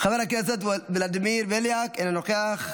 חבר הכנסת ולדימיר בליאק, אינו נוכח,